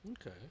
Okay